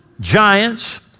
giants